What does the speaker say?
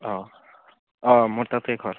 অ' অ' মোৰ তাতে ঘৰ